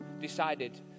decided